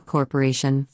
Corporation